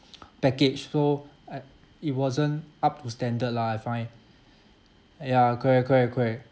package so it wasn't up to standard lah I find ya correct correct correct